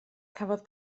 cafodd